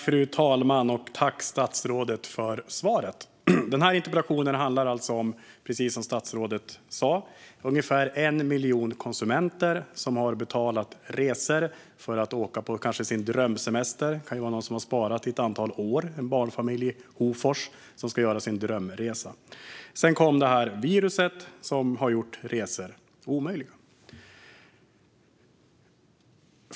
Fru talman! Tack, statsrådet, för svaret! Interpellationen handlar, precis som statsrådet sa, om ungefär 1 miljon konsumenter som har betalat resor och kanske ska åka på sin drömsemester. Det kan vara någon som har sparat i ett antal år - en barnfamilj i Hofors som ska göra sin drömresa. Sedan kom viruset, som har gjort resor omöjliga.